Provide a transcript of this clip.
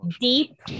deep